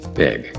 big